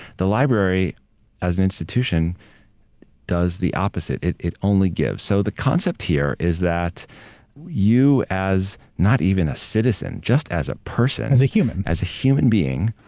the library as an institution does the opposite. it it only gives. so the concept here is that you as not even a citizen, just as a person. as a human. as a human being